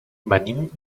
venim